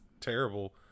terrible